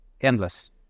endless